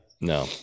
No